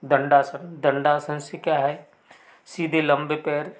दंडासन दंडासन से क्या है सीधे लंबे पैर